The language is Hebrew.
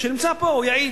שנמצא פה, הוא יעיד.